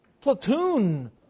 platoon